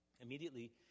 immediately